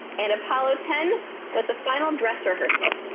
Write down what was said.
and apollo ten was the final dress rehearsal.